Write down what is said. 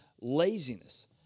laziness